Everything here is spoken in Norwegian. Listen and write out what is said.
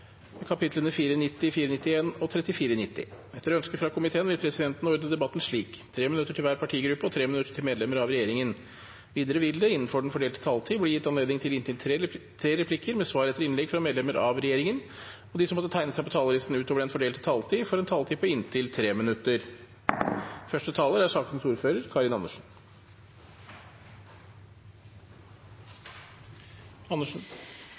minutter til medlemmer av regjeringen. Videre vil det – innenfor den fordelte taletid – bli gitt anledning til tre replikker med svar etter innlegg fra medlemmer av regjeringen, og de som måtte tegne seg på talerlisten utover den fordelte taletid, får en taletid på inntil 3 minutter. Dette er altså en tilsvarende sak fra Justisdepartementet, og jeg skal ikke gjenta de prinsipielle argumentene fra i stad. De gjelder også denne. Nå er